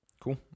Cool